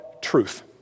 truth